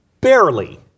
barely